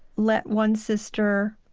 let one sister,